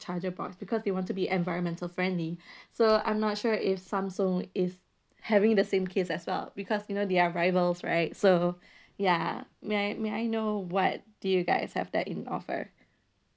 charger box because they want to be environmental friendly so I'm not sure if samsung is having the same case as well because you know they're rivals right so ya may I may I know what do you guys have that in offer